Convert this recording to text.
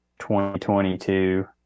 2022